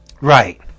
Right